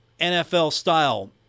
NFL-style